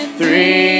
three